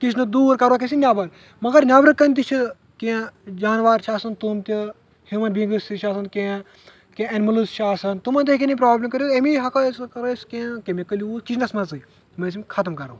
کچنہٕ دوٗر کرٕہوٗکھ أسۍ یم نیبر مگر نیبَرٕ کنۍ تہِ چھِ کیٛنٚہہ جانوَر چھِ آسان تِم تہِ ہیومَن بینگٕس تہِ چھِ آسان کیٛنٚہہ کیٛنٚہہ اینمٕلٕز چھِ آسان تِمَن تہِ ہیکِن یم پرابلِم کٔرِتھ اَمی ہیکو أسۍ کرو أسۍ کیٛنٚہہ کیمِکٕل یوٗز کچنس منٛز یم أسۍ یم ختٕم کرُوہکھ